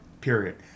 period